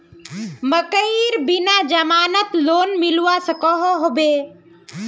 मकईर बिना जमानत लोन मिलवा सकोहो होबे?